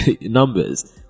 numbers